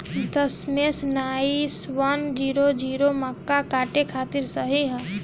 दशमेश nine one zero zero मक्का काटे खातिर सही ह?